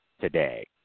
today